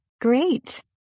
Great